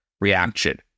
reaction